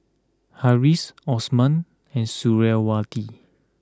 Harris Osman and Suriawati